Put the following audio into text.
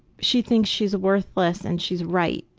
she thinks she's worthless and she's right,